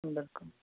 انٛدر کُن